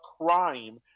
crime